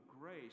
grace